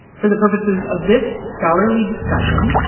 for the purposes of this scholarly discussion,